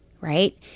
Right